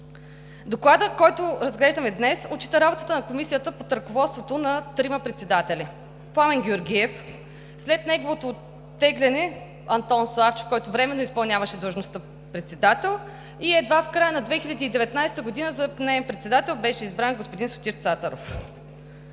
Докладът, който разглеждаме днес, отчита работата на Комисията под ръководството на трима председатели – Пламен Георгиев, след неговото оттегляне – Антон Славчев, който временно изпълняваше длъжността „председател“, и едва в края на 2019 г. за неин председател беше избран господин Сотир Цацаров.